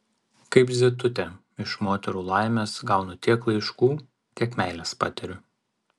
kaip zitutė iš moterų laimės gaunu tiek laiškų tiek meilės patiriu